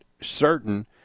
certain